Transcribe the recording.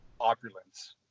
opulence